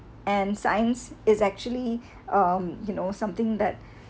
and science is actually um you know something that